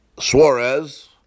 Suarez